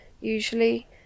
usually